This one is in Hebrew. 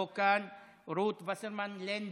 לא כאן, רות וסרמן לנדה,